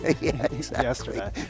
yesterday